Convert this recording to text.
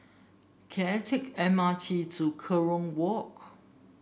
can I take M R T to Kerong Walk